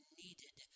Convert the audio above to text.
needed